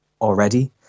already